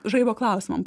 žaibo klausimam